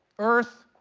earth,